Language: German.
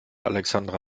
alexandra